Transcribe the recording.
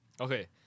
Okay